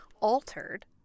Altered